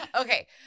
Okay